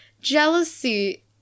Jealousy